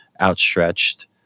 outstretched